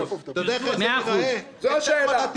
זו השאלה.